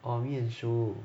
orh 面书